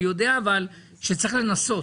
אבל אני יודע שצריך לנסות.